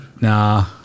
Nah